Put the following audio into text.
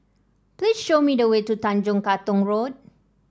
please show me the way to Tanjong Katong Road